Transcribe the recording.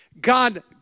God